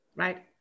Right